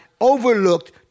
overlooked